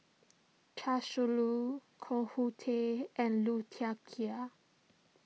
Chia Shi Lu Koh Hoon Teck and Liu Thai Ker